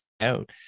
out